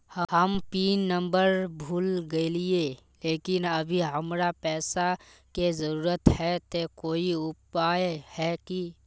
हम pin number भूल गेलिये लेकिन अभी हमरा पैसा के जरुरत है ते कोई उपाय है की?